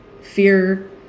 Fear